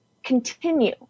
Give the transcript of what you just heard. continue